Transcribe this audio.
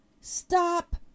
stop